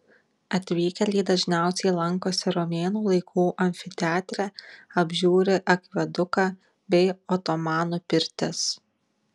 atvykėliai dažniausiai lankosi romėnų laikų amfiteatre apžiūri akveduką bei otomanų pirtis